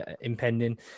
impending